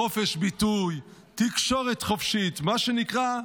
חופש ביטוי, תקשורת חופשית, מה שנקרא,